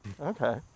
okay